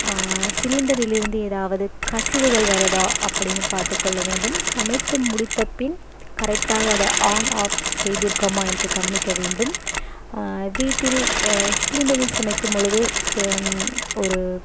சிலிண்டரில் இருந்து எதாவது கசிவுகள் வருதா அப்படின்னு பார்த்துக்கொள்ள வேண்டும் சமைத்து முடித்த பின் கரெக்டாக அதை ஆன் ஆஃப் செய்திருக்கோமா என்று கவனிக்க வேண்டும் வீட்டில் சிலிண்டரில் சமைக்கும்பொழுது ஒரு